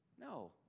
No